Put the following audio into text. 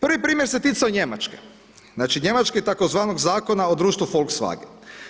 Prvi primjer se ticao Njemačke, znači njemačke i tzv. zakona o društvu Volkswagen.